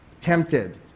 tempted